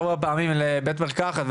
ארבע פעמים לבית המרקחת,